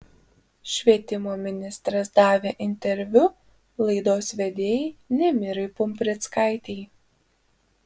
švietimo ministras davė interviu laidos vedėjai nemirai pumprickaitei